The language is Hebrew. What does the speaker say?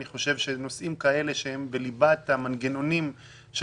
אני חושב שנושאים כאלה שהם בליבת המנגנונים של